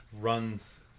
runs